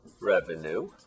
revenue